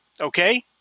Okay